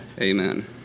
Amen